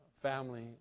family